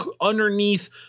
underneath